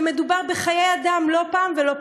ומדובר בחיי אדם לא פעם ולא פעמיים.